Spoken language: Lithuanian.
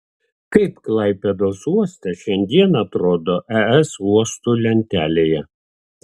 kaip klaipėdos uostas šiandien atrodo es uostų lentelėje